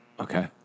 Okay